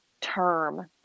term